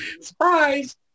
Surprise